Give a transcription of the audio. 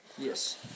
Yes